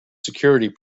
security